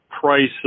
prices